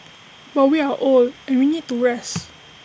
but we are old and we need to rest